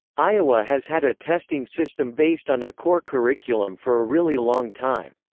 iowa has had a testing system based on a core curriculum for a really long time.